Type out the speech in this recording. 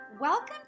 Welcome